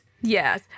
yes